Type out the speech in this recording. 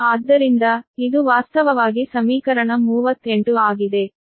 ಆದ್ದರಿಂದ ಇದು ವಾಸ್ತವವಾಗಿ ಸಮೀಕರಣ 38 ಆಗಿದೆ